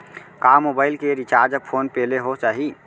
का मोबाइल के recharge phone पे ले हो जाही?